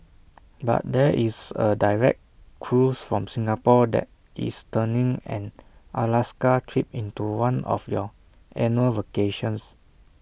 but there is A direct cruise from Singapore that is turning an Alaska trip into one of your annual vacations